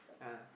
ah